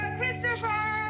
Christopher